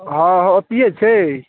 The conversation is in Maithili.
हँ हँ ओत्तहि छै